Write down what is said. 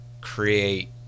create